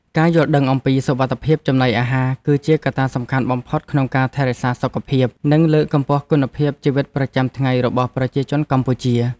ការយល់ដឹងអំពីសុវត្ថិភាពចំណីអាហារ គឺជាកត្តាសំខាន់បំផុតក្នុងការថែរក្សាសុខភាព និងលើកកម្ពស់គុណភាពជីវិតប្រចាំថ្ងៃរបស់ប្រជាជនកម្ពុជា។